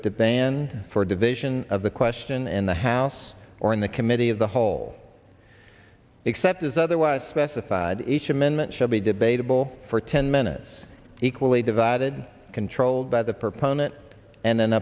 debate and for division of the question in the house or in the committee of the whole except as otherwise specified each amendment shall be debatable for ten minutes equally divided controlled by the proponent and